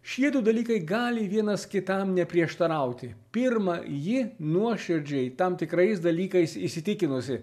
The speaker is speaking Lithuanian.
šie du dalykai gali vienas kitam neprieštarauti pirma ji nuoširdžiai tam tikrais dalykais įsitikinusi